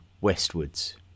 westwards